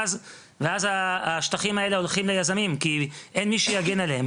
ואז השטחים האלה הולכים ליזמים כי אין מי שיגן עליהם.